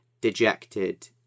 dejected